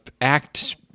act